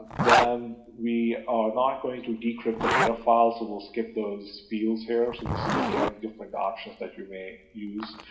then we are not going to decrypt the data file, so we'll skip those fields here. so this is again, different options that you may use,